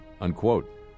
unquote